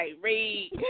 read